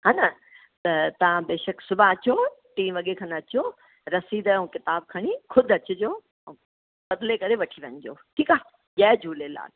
हा न त तव्हां बेशक सुभाणे अचो टी वॻे खनि अचो रसीद ऐं किताबु खणी ख़ुदि अचिजो बदिले करे वठी वञिजो ठीकु आहे जय झूलेलाल